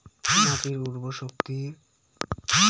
মাটির উর্বর শক্তি ঠিক থাকে কোন সারে জৈব না রাসায়নিক?